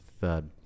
third